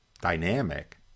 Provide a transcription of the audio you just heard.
dynamic